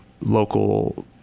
local